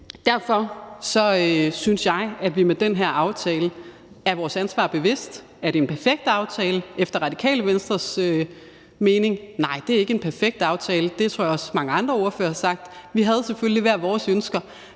Derfor synes jeg, at vi med den her aftale er vores ansvar bevidst. Er det en perfekt aftale? Efter Radikale Venstres mening er det ikke en perfekt aftale. Det tror jeg også mange andre ordførere har sagt. Vi havde selvfølgelig hver vores ønsker.